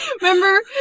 remember